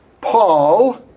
Paul